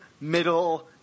middle